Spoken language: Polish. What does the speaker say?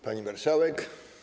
Pani Marszałek!